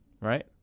right